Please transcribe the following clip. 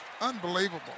unbelievable